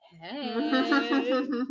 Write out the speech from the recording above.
hey